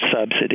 subsidy